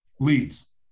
Leads